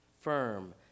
firm